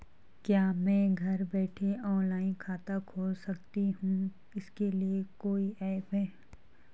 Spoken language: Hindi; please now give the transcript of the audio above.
क्या मैं घर बैठे ऑनलाइन खाता खोल सकती हूँ इसके लिए कोई ऐप है?